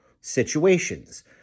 situations